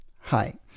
Hi